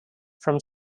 from